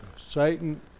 Satan